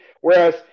Whereas